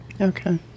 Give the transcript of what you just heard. Okay